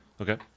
Okay